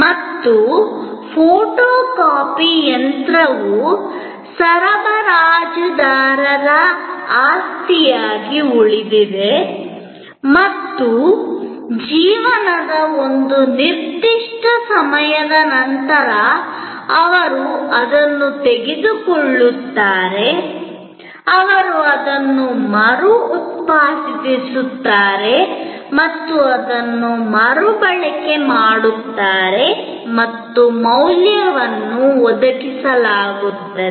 ಮತ್ತು ಫೋಟೊಕಾಪಿ ಯಂತ್ರವು ಸರಬರಾಜುದಾರರ ಆಸ್ತಿಯಾಗಿ ಉಳಿದಿದೆ ಮತ್ತು ಜೀವನದ ಒಂದು ನಿರ್ದಿಷ್ಟ ಸಮಯದ ನಂತರ ಅವರು ಅದನ್ನು ತೆಗೆದುಕೊಳ್ಳುತ್ತಾರೆ ಅವರು ಅದನ್ನು ಮರು ಉತ್ಪಾದಿಸುತ್ತಾರೆ ಮತ್ತು ಅದನ್ನು ಮರುಬಳಕೆ ಮಾಡುತ್ತಾರೆ ಮತ್ತು ಮೌಲ್ಯವನ್ನು ಒದಗಿಸಲಾಗುತ್ತದೆ